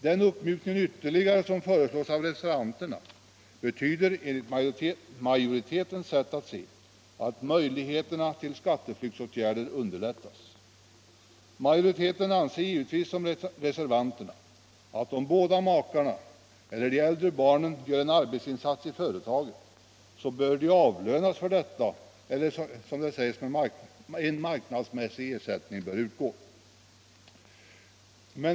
Den ytterligare uppmjukning som föreslås av reservanterna betyder enligt majoritetens sätt att se att möjligheterna till skatteflyktsåtgärder underlättas. Majoriteten anser givetvis liksom reservanterna att om båda makarna eller de äldre barnen gör en arbetsinsats i företaget bör de avlönas för detta. En ”marknadsmässig” ersättning bör utgå.